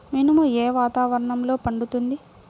మినుము ఏ వాతావరణంలో పండుతుంది?